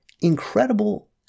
incredible